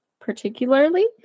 particularly